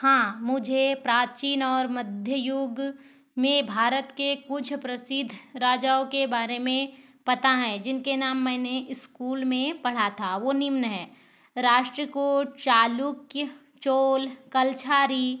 हाँ मुझे प्राचीन और मध्य युग में भारत के कुछ प्रसिद्ध राजाओं के बारे में पता हैं जिनके नाम मैंने स्कूल में पढ़ा था वो निम्न है राष्ट्रकूट चालुक्य चोल कल्छारी